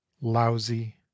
lousy